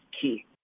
key